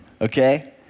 okay